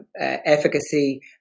efficacy